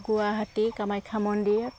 গুৱাহাটী কামাখ্যা মন্দিৰ